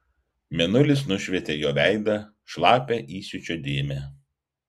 mėnulis nušvietė jo veidą šlapią įsiūčio dėmę